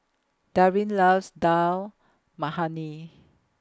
Darrin loves Dal Makhani